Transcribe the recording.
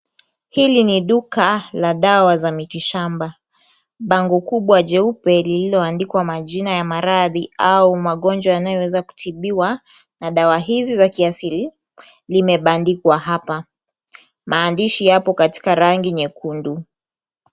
Hili ni duka la dawa za miti shamba, bango kubwa jeupe lililoandikwa majina ya maradhi au magonjwa yanayoweza kutibiwa na dawa hizi za kiasili limebandikwa hapa, maandishi yapo katika rangi nyekundu.